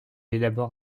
élabore